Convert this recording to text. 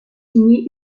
signée